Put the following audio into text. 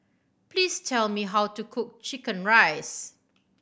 please tell me how to cook chicken rice